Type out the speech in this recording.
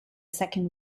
second